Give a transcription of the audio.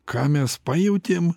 ką mes pajautėm